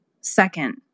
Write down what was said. second